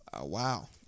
wow